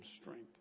strength